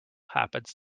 happens